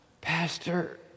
Pastor